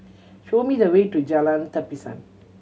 show me the way to Jalan Tapisan